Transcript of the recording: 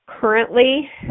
currently